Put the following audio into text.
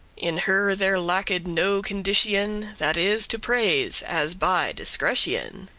in her there lacked no condition, that is to praise, as by discretion.